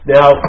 Now